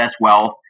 wealth